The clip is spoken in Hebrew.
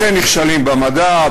לכן נכשלים במדע,